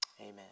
Amen